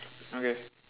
okay